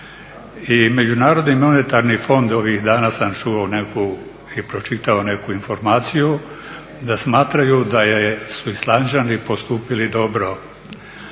I međunarodni monetarni fondovi, danas sam čuo nekakvu i pročitao nekakvu informaciju da smatraju da je, da su Islanđani postupili dobro.